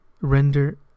Render